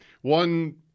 One